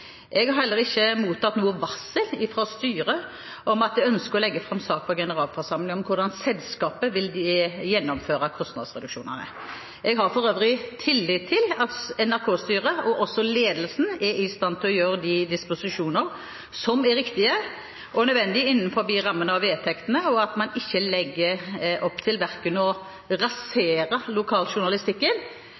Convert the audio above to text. Jeg har heller ikke mottatt noe varsel fra styret om at det ønsker å legge fram sak for generalforsamlingen om hvordan selskapet vil gjennomføre kostnadsreduksjonene. Jeg har for øvrig tillit til at NRK-styret og også ledelsen er i stand til å gjøre de disposisjoner som er riktige og nødvendige innenfor rammene av vedtektene, og at man ikke legger opp til å rasere verken lokaljournalistikken